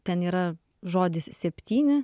ten yra žodis septyni